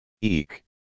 Eek